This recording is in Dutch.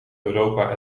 europa